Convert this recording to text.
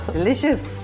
Delicious